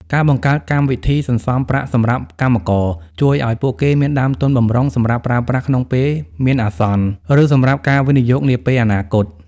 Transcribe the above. ការបង្កើតកម្មវិធីសន្សំប្រាក់សម្រាប់កម្មករ ជួយឱ្យពួកគេមានដើមទុនបម្រុងសម្រាប់ប្រើប្រាស់ក្នុងពេលមានអាសន្ន ឬសម្រាប់ការវិនិយោគនាពេលអនាគត។